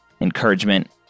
encouragement